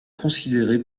considérée